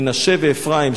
מנשה ואפרים,